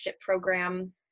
program